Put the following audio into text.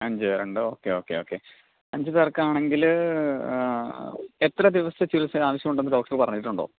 അഞ്ച് പേരുണ്ട് okay okay okay അഞ്ച് പേർക്കാണെങ്കിൽ എത്ര ദിവസത്തെ ചികിത്സ ആവശ്യമുണ്ടെന്ന് ഡോക്ടർ പറഞ്ഞിട്ടുണ്ടോ